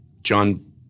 John